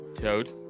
Toad